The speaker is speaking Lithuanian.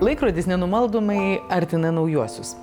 laikrodis nenumaldomai artina naujuosius